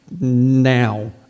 now